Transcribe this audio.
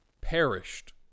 perished